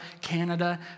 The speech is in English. Canada